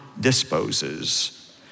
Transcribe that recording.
disposes